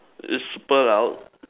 it's super loud